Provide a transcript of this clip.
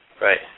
Right